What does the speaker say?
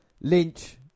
Lynch